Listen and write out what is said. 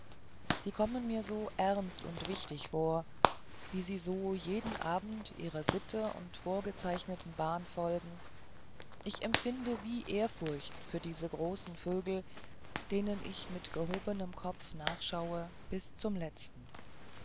sie kommen mir so ernst und wichtig vor wie sie so jeden abend ihrer sitte und vorgezeichneten bahn folgen ich empfinde wie ehrfurcht für diese großen vögel denen ich mit gehobenem kopf nachschaue bis zum letzten